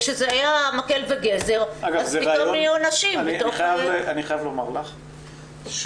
כשזה היה מקל וגזר פתאום נהיו נשים --- אני חייב לומר לך שאני